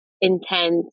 intense